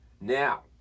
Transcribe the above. Now